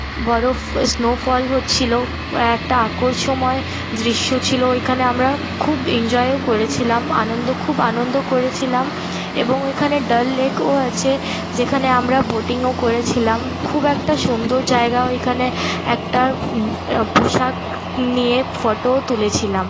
বরফ snowfall হচ্ছিলো একটা আকর্ষময় দৃশ্য ছিলো ওইখানে আমরা খুব এঞ্জয়ও করেছিলাম আনন্দ আনন্দ করেছিলাম এবং ওইখানে ডাল লেকও আছে যেখানে আমরা বোটিংও করেছিলাম খুব একটা সুন্দর জায়গা ওইখানে একটা পোশাক নিয়ে ফোটোও তুলেছিলাম